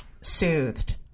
soothed